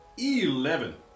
Eleven